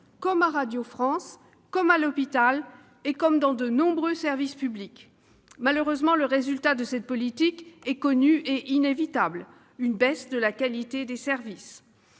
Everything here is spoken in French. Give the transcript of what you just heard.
comme à Radio France, comme à l'hôpital et comme dans de nombreux services publics. Malheureusement, le résultat de cette politique est connu et inévitable : une baisse de la qualité des services.